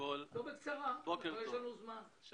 אני